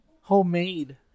homemade